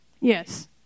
Yes